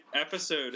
episode